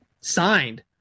signed